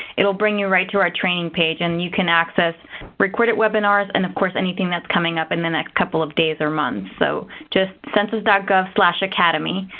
it will bring you right to our training page, and you can access recorded webinars and of course anything that's coming up in the next couple of days or months. so just census gov gov academy.